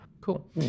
Cool